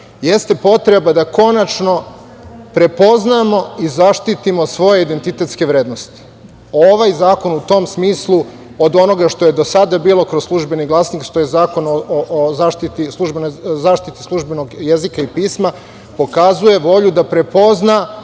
jeste potreba da konačno prepoznamo i zaštitimo svoje identitetske vrednosti. Ovaj zakon u tom smislu, od onoga što je do sada bilo kroz "Službeni glasnik", što je zakon o zaštiti službenog jezika i pisma, pokazuje volju da prepozna